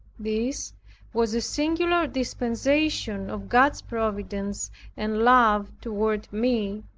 this was a singular dispensation of god's providence and love toward me,